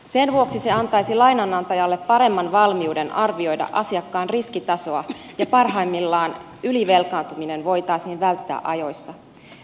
sen vuoksi se antaisi lainanantajalle paremman valmiuden arvioida asiakkaan riskitasoa ja parhaimmillaan ylivelkaantuminen voitaisiin välttää ajoissa